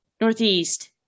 Northeast